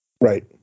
Right